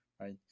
right